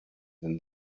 than